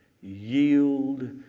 yield